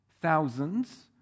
thousands